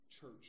church